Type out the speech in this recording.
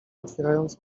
otwierając